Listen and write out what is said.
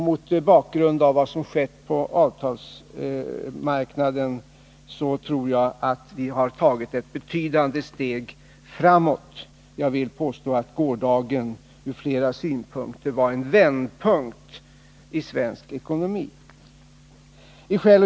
Mot bakgrund av vad som skett på avtalsmarknaden tror jag att vi har tagit ett betydande steg framåt. Jag vill påstå att gårdagen ur flera synpunkter innebar en vändpunkt i svensk ekonomi.